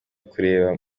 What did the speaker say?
kureba